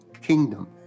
kingdom